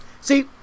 See